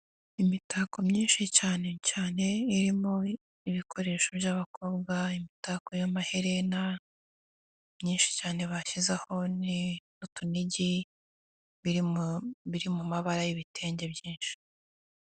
Imitako myinshi cyane cyane irimo ibikoresho by'abakobwa imitako y'amaherena myinshi cyane bashyizeho n'utunigi biri mu mabara y'ibitenge byinshi.